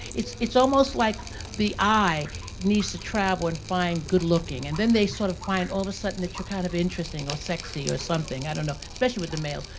it's it's almost like the eye needs to travel and find good-looking, and then they sort of find all the sudden that you're kind of interesting or sexy or something. i don't know. especially with the males.